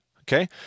okay